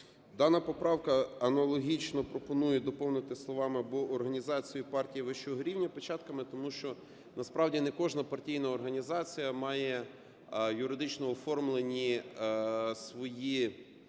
Дана поправка аналогічно пропонує доповнити словами "або організацією партії вищого рівня печатками". Тому що насправді не кожна партійна організація має юридично оформлені свої